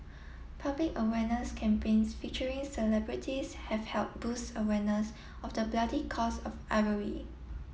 public awareness campaigns featuring celebrities have help boost awareness of the bloody cost of ivory